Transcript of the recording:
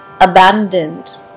abandoned